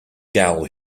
gal